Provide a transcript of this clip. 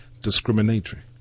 discriminatory